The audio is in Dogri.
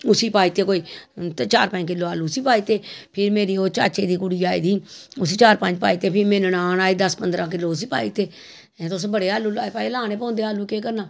उस्सी पाई दित्ते कोई चार पंज किलो आलू उस्सी पाई दित्ते फिर मेरी ओह् चाचे दी कुड़ी आई दी ही उस्सी चार पंज पाई दित्ते फिर मेरी ननान आई दस पंदरां किलो उस्सी पाई दित्ते अहैं तुसें बड़े आलू लाए महैं लाने पौंदे केह् करना